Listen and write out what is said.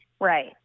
Right